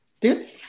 Dude